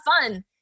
fun